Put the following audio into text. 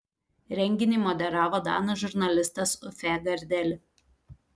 renginį moderavo danų žurnalistas uffe gardeli